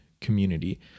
community